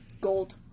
gold